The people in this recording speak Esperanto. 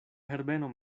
herbeno